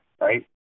right